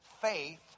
faith